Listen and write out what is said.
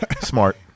Smart